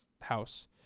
house